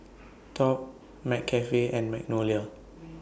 Top MC Cafe and Magnolia